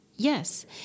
Yes